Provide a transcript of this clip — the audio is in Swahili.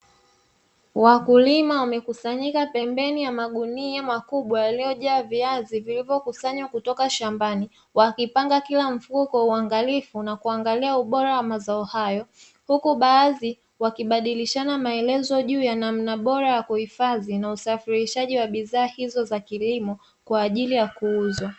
Wakulima wamekusanyika pembeni ya magunia makubwa yaliyojaa viazi vilivyokusanywa kutoka shambani, wakipanga kila mfuko kwa uangalifu na kuangalia ubora wa mazao hayo, huku baadhi wakibadilishana maelezo juu ya namna bora ya kuhifadhi na usafirishaji wa bidhaa hizo za kilimo kwa ajili ya kuuzwa.